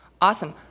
awesome